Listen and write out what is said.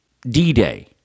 D-Day